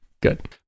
good